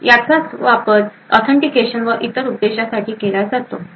तर याचा वापर ऑथेंटिकेशन आणि इतर उद्देशांसाठी केला जातो